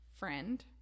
friend